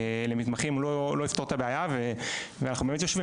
למתמחים לא יפתור את הבעיה ואנחנו באמת יושבים,